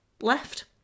left